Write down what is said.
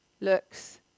looks